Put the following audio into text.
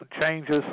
changes